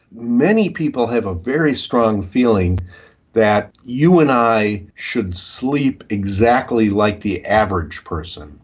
many people have a very strong feeling that you and i should sleep exactly like the average person,